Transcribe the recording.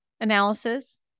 analysis